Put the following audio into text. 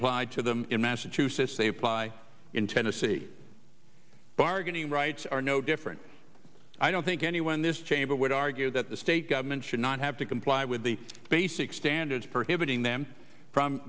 applied to them in massachusetts they apply in tennessee bargaining rights are no different i don't think anyone in this chamber would argue that the state government should not have to comply with the basic standards per hitting them from